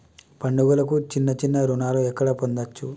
పండుగలకు చిన్న చిన్న రుణాలు ఎక్కడ పొందచ్చు?